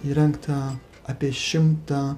įrengta apie šimtą